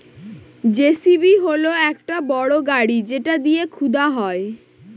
JCB হল একটা বড় গাড়ি যেটা দিয়ে খুদা হয়